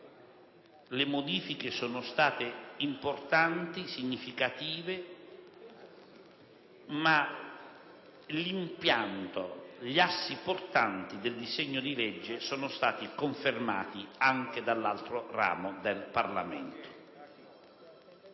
le modifiche sono state importanti e significative, ma l'impianto e gli assi portanti del disegno di legge sono stati confermati anche dall'altro ramo del Parlamento.